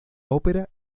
ópera